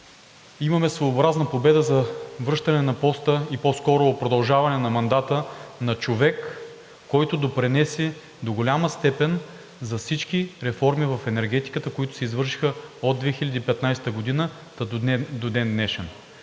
имаме своеобразна победа за връщане на поста, и по-скоро продължаване на мандата на човек, който допринесе до голяма степен за всички реформи в енергетиката, които се извършиха от 2015 г., та до ден днешен.